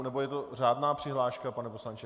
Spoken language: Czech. Nebo je to řádná přihláška, pane poslanče?